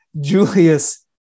Julius